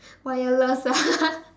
wireless ah